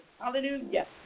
Hallelujah